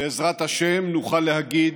בעזרת השם, נוכל להגיד: